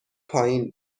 پایین